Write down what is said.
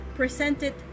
presented